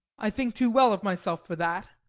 i think too well of myself for that.